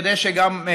כדי שגם,